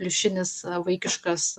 pliušinis vaikiškas